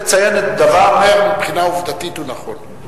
מבחינה עובדתית זה נכון.